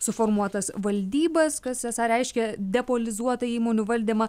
suformuotas valdybas kas esą reiškia depolitizuotą įmonių valdymą